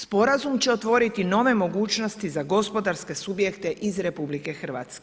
Sporazum će otvoriti nove mogućnosti za gospodarske subjekte iz RH.